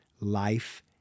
life